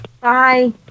Bye